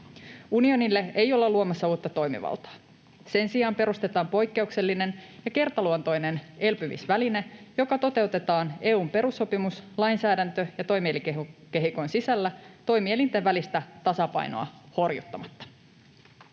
Unionille ei olla luomassa uutta toimivaltaa. Sen sijaan perustetaan poikkeuksellinen ja kertaluontoinen elpymisväline, joka toteutetaan EU:n perussopimus-, lainsäädäntö- ja toimielinkehikon sisällä toimielinten välistä tasapainoa horjuttamatta.